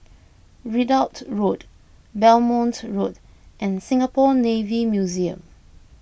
Ridout Road Belmont Road and Singapore Navy Museum